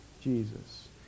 Jesus